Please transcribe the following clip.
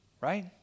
Right